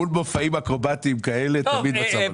במופעים אקרובטיים כאלה, תמיד במצב רגוע.